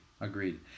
agreed